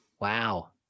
Wow